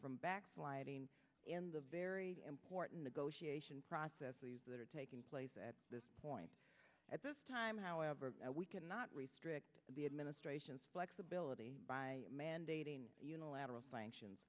from backsliding in the very important to go she ation processes that are taking place at this point at this time however we cannot restrict the administration's flexibility by mandating unilateral sanctions